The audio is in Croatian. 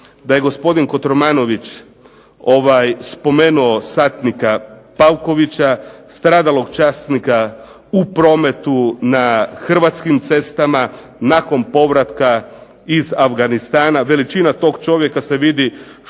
da je gospodin Kotromanović spomenuo satnika Pavkovića, stradalog časnika u prometu na hrvatskim cestama nakon povratka iz Afganistana. Veličina toga čovjeka se vidi što je